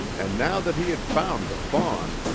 and now that he had found the fawn,